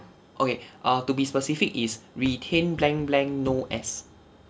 okay err to be specific is retain blank blank no S